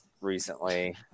recently